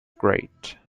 grade